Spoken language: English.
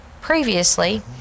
previously